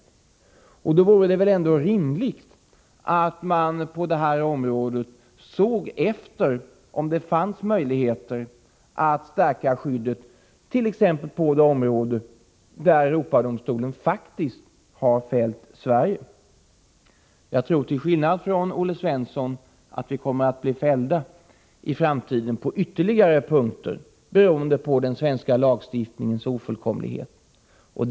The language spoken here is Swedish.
Mot den bakgrunden vore det väl ändå rimligt att man på det här området såg efter om det finns möjligheter att stärka skyddet t.ex. i det sammanhang där Europadomstolen faktiskt har fällt Sverige. Jag tror till skillnad från Olle Svensson att vi, beroende på den svenska lagstiftningens ofullkomlighet, kommer att bli fällda i framtiden på ytterligare punkter.